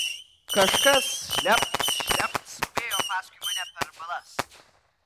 kažkas šlept šlept skubėjo paskui mane per balas